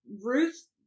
Ruth